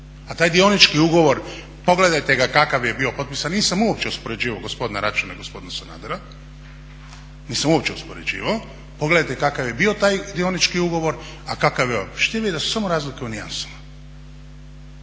a taj dionički ugovor pogledate ga kakav je bio potpisan, nisam uopće uspoređivao gospodina Račana i gospodina Sanadera, nisam uopće uspoređivao, pogledate kakav je bio taj dionički ugovor a kakav je ovaj. Pa ćete vidjeti da su samo razlike u nijansama.